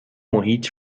محیط